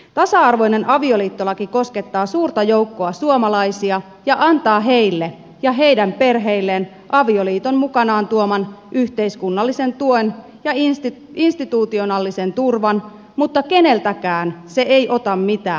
tasa arvoinen avioliittolaki koskettaa suurta joukkoa suomalaisia ja antaa heille ja heidän perheilleen avioliiton mukanaan tuoman yhteiskunnallisen tuen ja institutionaalisen turvan mutta keneltäkään se ei ota mitään pois